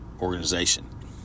organization